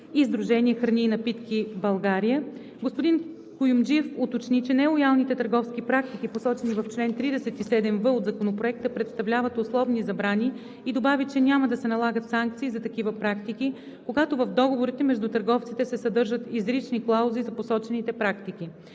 Сдружение „Храни и напитки България“ господин Куюмджиев уточни, че нелоялните търговски практики, посочени в чл. 37в от Законопроекта, представляват условни забрани и добави, че няма да се налагат санкции за такива практики, когато в договорите между търговците се съдържат изрични клаузи за посочените практики.